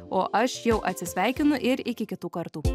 o aš jau atsisveikinu ir iki kitų kartų